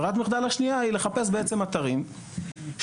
ברירת המחדל השנייה היא לחפש בעצם אתרים שבהם